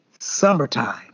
Summertime